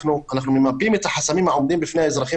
אנחנו ממפים את החסמים העומדים בפני האזרחים